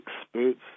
experts